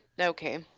okay